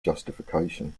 justification